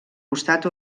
costat